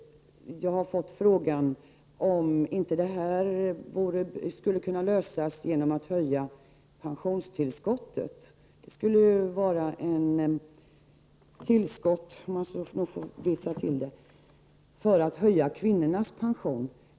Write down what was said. Jag har fått frågan om detta problem inte skulle kunna lösas genom att man höjde pensionstillskottet — det skulle ju ge ett tillskott till kvinnornas pensioner.